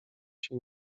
się